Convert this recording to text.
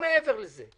גם ממשרדי הממשלה,